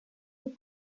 and